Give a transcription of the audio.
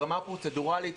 ברמה הפרוצדורלית,